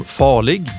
farlig